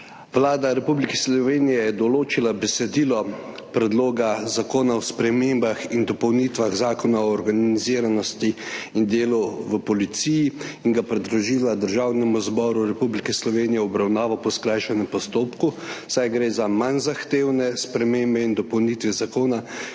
Vlada Republike Slovenije je določila besedilo Predloga zakona o spremembah in dopolnitvah Zakona o organiziranosti in delu v policiji in ga predložila Državnemu zboru Republike Slovenije v obravnavo po skrajšanem postopku, saj gre za manj zahtevne spremembe in dopolnitve zakona,